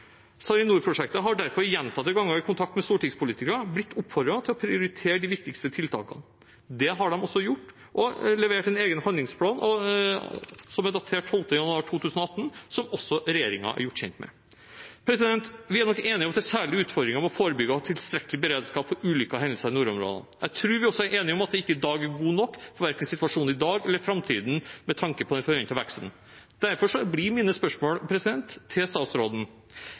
SARiNOR-prosjektet har derfor gjentatte ganger, i kontakt med stortingspolitikere, blitt oppfordret til å prioritere de viktigste tiltakene. Det har de også gjort, og de har levert en egen handlingsplan, datert 12. januar 2018, som også regjeringen er gjort kjent med. Vi er nok enige om at det er særlige utfordringer med å forebygge og ha tilstrekkelig beredskap for ulykker og hendelser i nordområdene. Jeg tror vi også er enige om at den i dag ikke er god nok, verken for situasjonen i dag eller for framtiden, med tanke på den forventede veksten. Derfor blir mine spørsmål til statsråden: